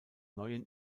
neuen